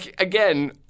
again